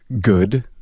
good